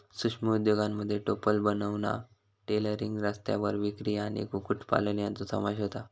सूक्ष्म उद्योगांमध्ये टोपले बनवणा, टेलरिंग, रस्त्यावर विक्री आणि कुक्कुटपालन यांचो समावेश होता